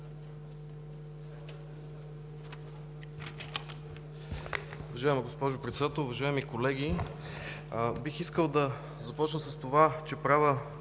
Уважаема госпожо Председател, уважаеми колеги! Бих искал да започна с това, че правя